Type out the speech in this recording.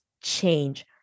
change